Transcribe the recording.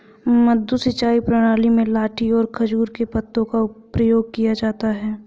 मद्दू सिंचाई प्रणाली में लाठी और खजूर के पत्तों का प्रयोग किया जाता है